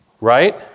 Right